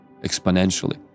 exponentially